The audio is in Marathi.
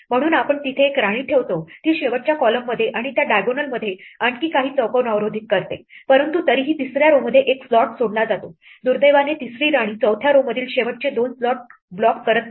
म्हणून आपण तिथे एक राणी ठेवतो ती शेवटच्या columnमध्ये आणि त्या diagonalमध्ये आणखी काही चौकोन अवरोधित करते परंतु तरीही तिसऱ्या row मध्ये एक स्लॉट सोडला जातो दुर्दैवाने तिसरी राणी चौथ्या row मधील शेवटचे दोन स्लॉट ब्लॉक करत नाही